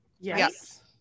Yes